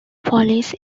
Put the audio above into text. police